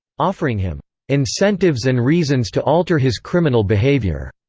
offering him incentives and reasons to alter his criminal behavior.